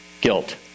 guilt